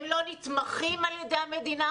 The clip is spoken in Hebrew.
הם לא נתמכים על ידי המדינה,